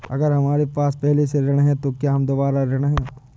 अगर हमारे पास पहले से ऋण है तो क्या हम दोबारा ऋण हैं?